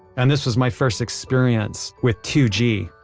and this was my first experience with two g,